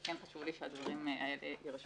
וכן חשוב לי שהדברים האלה יירשמו.